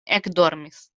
ekdormis